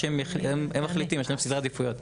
הם מחליטים, יש להם סדרי עדיפויות.